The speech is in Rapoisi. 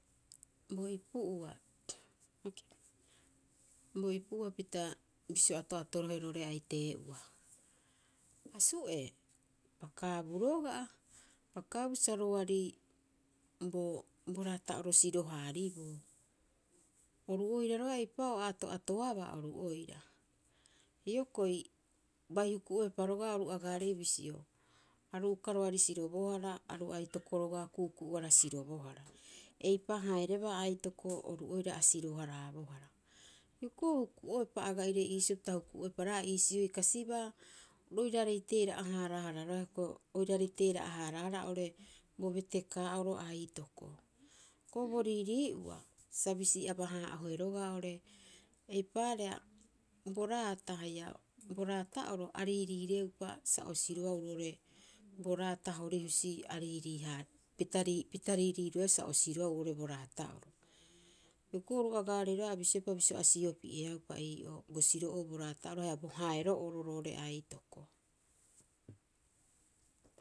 Bo ipu'ua, bo ipu'ua pita bisio ato'atorohe roo'ore aitee'oa, asu'ee, pakaabu roga'a pakaabu sa roari bo bo raata'oro siro- haariboo. Oru oira roga'a eipa'oo a ato'atoabaa, oru oira. Hioko'i bai huku'oepa rogaa oru agaarei bisio, aru uka roari sirobohara, aru aitoko roga'a ku'uku'uara sirobohara. Eipa haerebaa aitoko, oru oira a siro- haraabohara. Hioko'i huku'oepa aga'ire iisio pita huku'oepa roga'a ia iisioi kasibaa, roirarei teera'a- haaraahara roga'a hioko'i, oiraarei teera'a- haaraahara oo'ore bo betekaa'oro aitoko. Hioko'i bo riirii'ua, sa bisi aba- haa'ohe roga'a oo'ore, eipaareha, bo raata haia, bo raata'oro a riiriireupa sa o siroau oo'ore bo raata hori husi a riiriiha pita pita riiriiroeaa sa o siroao oo'ore bo raata'oro. Hioko'i oru agaarei roga'a a bisioepa bisio a siopi'eaupa ii'oo bo siro'oo bo raata'oro haia bo hae ro'oro roo'ore aitoko.